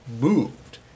moved